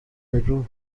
bedroom